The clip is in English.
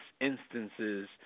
instances